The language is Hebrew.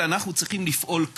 לשר הבריאות,